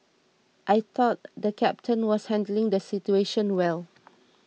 I thought the captain was handling the situation well